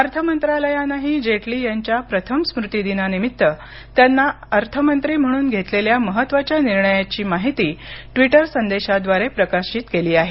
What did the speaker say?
अर्थमंत्रालयानही जेटली यांच्या प्रथम स्मृतीदिनानिमित्त त्यांनी अर्थमंत्री म्हणून घेतलेल्या महत्त्वाच्या निर्णयांची माहिती द्विटरसंदेशाद्वारे प्रकाशित केली आहे